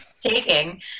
taking